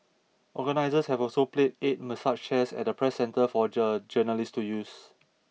organisers have also placed eight massage chairs at the Press Centre for jour journalists to use